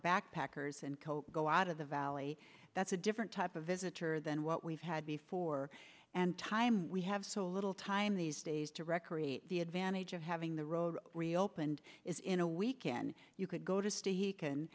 backpackers and coke go out of the valley that's a different type of visitor than what we've had before and time we have so little time these days to recreate the advantage of having the road reopened is in a weekend you could go to stay he can